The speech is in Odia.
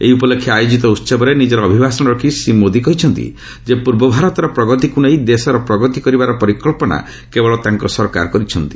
ଏହି ଉପଲକ୍ଷେ ଆୟୋକିତ ଉହବରେ ନିଜର ଅଭିଭାଷଣ ରଖି ଶ୍ରୀ ମୋଦି କହିଛନ୍ତି ଯେ ପୂର୍ବ ଭାରତର ପ୍ରଗତିକୁ ନେଇ ଦେଶର ପ୍ରଗତି କରିବାର ପରିକଳ୍ପନା କେବଳ ତାଙ୍କ ସରକାର କରିଛନ୍ତି